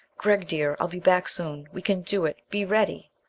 gregg dear, i'll be back soon. we can do it be ready!